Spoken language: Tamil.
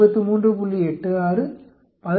86 18